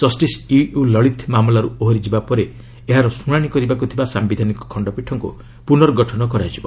justice U U Lalit ମାମଲାର୍ଚ୍ଚ ଓହରିଯିବା ପରେ ଏହାର ଶୁଣାଣି କରିବାକୁ ଥିବା ସାମ୍ବିଧାନିକ ଖଣ୍ଡପୀଠଙ୍କୁ ପୁର୍ନଗଠନ କରାଯିବ